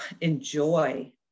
enjoy